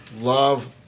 love